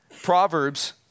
Proverbs